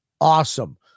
awesome